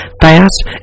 Fast